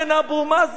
אבו מאזן,